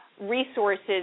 resources